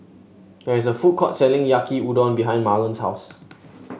there is a food court selling Yaki Udon behind Marlon's house